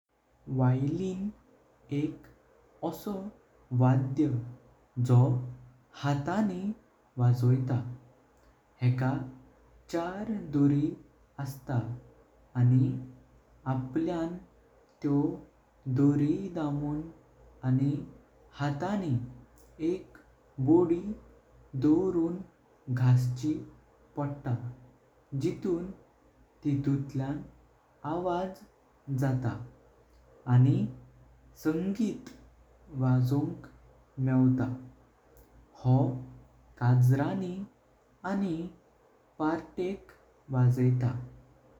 Violin एक असो वधाय जो हातानी वाजोयता। हेका चार दोरी अस्तात आणि आपल्यां त्यों दोरी दामून आणि हातानी एक बोडी धरून घासची पडता। जितूंत तितूंतल्यान आवाज जातात आणि संगीत वाजोंक मेवता, हो कज्रनी आणि प्रत्येक वाजयता।